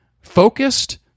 focused